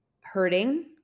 hurting